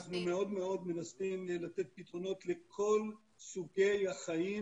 אנחנו מאוד מאוד מנסים לתת פתרונות לכל סוגי החיים